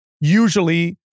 usually